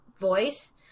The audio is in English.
voice